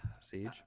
siege